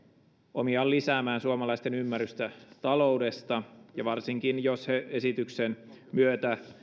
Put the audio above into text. omiaan lisäämään suomalaisten ymmärrystä taloudesta varsinkin jos he esityksen myötä